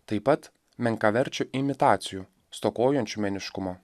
taip pat menkaverčių imitacijų stokojančių meniškumo